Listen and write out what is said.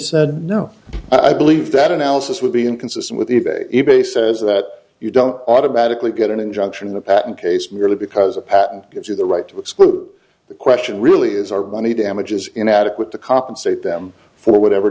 said no i believe that analysis would be inconsistent with the e p a says that you don't automatically get an injunction in the patent case merely because a patent gives you the right to exclude the question really is our money damages inadequate to compensate them for whatever